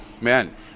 man